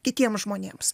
kitiems žmonėms